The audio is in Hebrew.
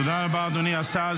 תודה רבה, אדוני השר.